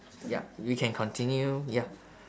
yup we can continue ya